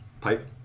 pipe